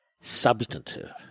substantive